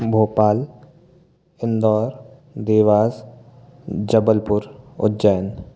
Bhopal Indore Dewas Jabalpur Ujjain